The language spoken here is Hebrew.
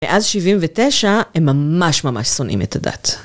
מאז שבעים ותשע הם ממש ממש שונאים את הדת.